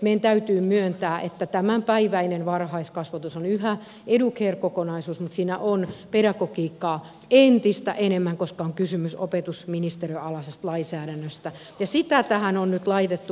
meidän täytyy myöntää että tämänpäiväinen varhaiskasvatus on yhä educare kokonaisuus mutta siinä on pedagogiikkaa entistä enemmän koska on kysymys opetusministeriön alaisesta lainsäädännöstä ja sitä tähän on nyt laitettu